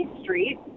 Street